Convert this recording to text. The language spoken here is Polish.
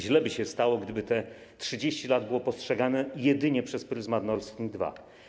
Źle by się stało, gdyby te 30 lat było postrzegane jedynie przez pryzmat Nord Stream 2.